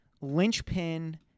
linchpin